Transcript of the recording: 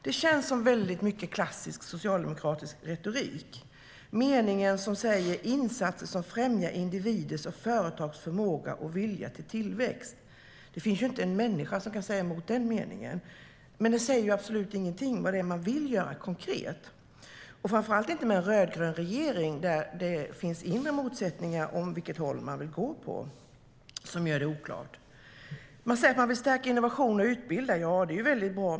Det känns som väldigt mycket klassisk socialdemokratisk retorik. Det talas till exempel om insatser som främjar individers och företags förmåga och vilja till tillväxt. Det finns inte en människa som kan säga emot det. Men det säger absolut ingenting om vad man vill göra konkret, och framför allt inte med en rödgrön regering där det finns inre motsättningar om åt vilket håll man vill gå. Detta gör det oklart. Man säger att man vill stärka Sveriges innovationsförmåga och utbilda människor. Det är mycket bra.